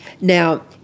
Now